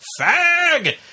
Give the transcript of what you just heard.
fag